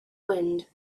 wind